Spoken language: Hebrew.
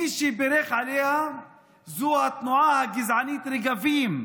מי שבירך עליה זה התנועה הגזענית רגבים.